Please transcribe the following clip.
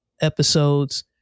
episodes